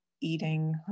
eating